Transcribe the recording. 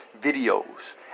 videos